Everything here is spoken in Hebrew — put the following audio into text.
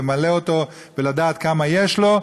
למלא אותו ולדעת כמה יש לו.